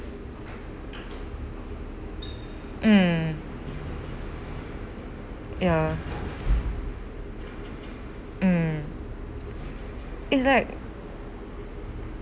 mm ya mm it's like